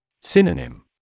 Synonym